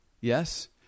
Yes